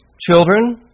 children